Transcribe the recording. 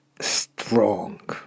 strong